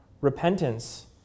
Repentance